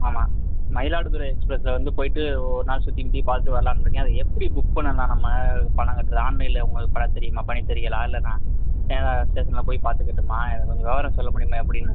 ஆமாம் மயிலாடுதுறை எக்ஸ்ப்ரெஸில் வந்து போய்விட்டு ஒரு நாள் சுற்றி கித்தி பார்த்துட்டு வரலாம்ன்னு இருக்கேன் அது எப்படி புக் பண்ணலாம் நம்ம பணம் கட்டுறது ஆன்லைனில் உங்ளுக்கு பண்ண தெரியுமா பண்ணி தரீங்களா இல்லை நான் நேராக ஸ்டேஷனில் போய் பார்த்துகட்டுமா எதா கொஞ்சம் விவரம் சொல்ல முடியுங்ளா எப்படின்னு